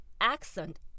accent